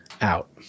out